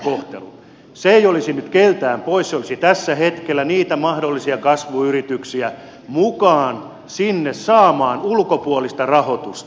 se ei olisi nyt keneltäkään pois se olisi tällä hetkellä niitä mahdollisia kasvuyrityksiä mukaan sinne saamaan ulkopuolista rahoitusta